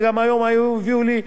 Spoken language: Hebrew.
וגם היום הביאו לי,